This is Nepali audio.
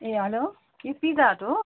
ए हेलो यो पिज्जा हट हो